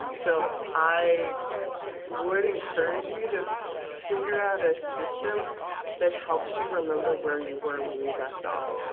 so, i would encourage you to figure out a system that helps you remember where you were when you left off.